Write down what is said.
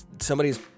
somebody's